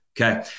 Okay